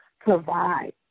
provide